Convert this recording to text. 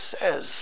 says